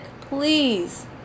Please